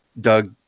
Doug –